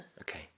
Okay